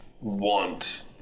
want